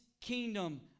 kingdom